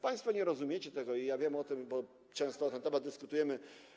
Państwo nie rozumiecie tego i ja wiem o tym, bo często na ten temat dyskutujemy.